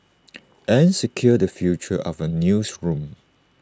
and secure the future of our newsroom